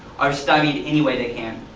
are stymied any way they can.